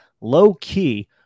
low-key